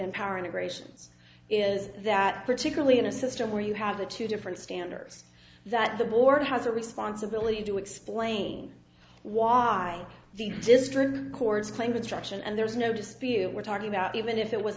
in power in a gracious is that particularly in a system where you have the two different standards that the board has a responsibility to explain why the district courts claim construction and there is no dispute we're talking about even if it was